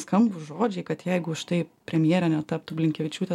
skambūs žodžiai kad jeigu štai premjere netaptų blinkevičiūtė